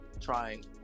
trying